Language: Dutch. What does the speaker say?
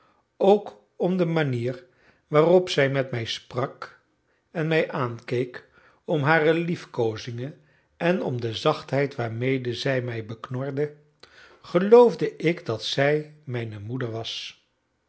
ook om de manier waarop zij met mij sprak en mij aankeek om hare liefkoozingen en om de zachtheid waarmede zij mij beknorde geloofde ik dat zij mijne moeder was